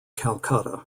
calcutta